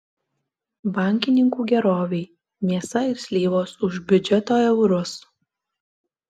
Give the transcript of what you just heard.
bankininkų gerovei mėsa ir slyvos už biudžeto eurus